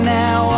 now